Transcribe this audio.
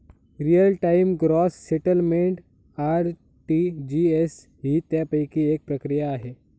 real time gross settlement RTGS ही त्यापैकी एक प्रक्रिया आहे